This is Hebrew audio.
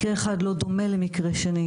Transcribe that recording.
מקרה אחד לא דומה למקרה שני,